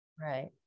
Right